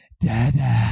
Dada